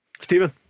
Stephen